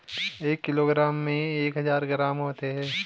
एक किलोग्राम में एक हजार ग्राम होते हैं